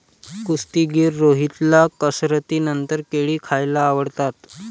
कुस्तीगीर रोहितला कसरतीनंतर केळी खायला आवडतात